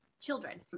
children